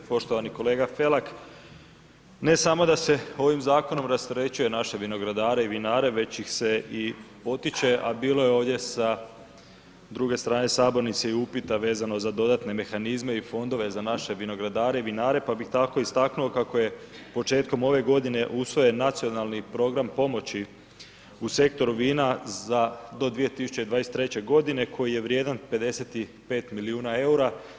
Poštovani kolega Felak, ne samo da se ovim zakonom rasterećuje naše vinogradare i vinare već ih se i potiče a bilo je ovdje sa druge sabornice i upita vezano za dodatne mehanizme i fondove za naše vinogradare i vinare pa bih tako istaknuo kako je početkom ove godine usvojen Nacionalni program pomoći u sektoru vina do 2023. godine koji je vrijedan 55 milijuna eura.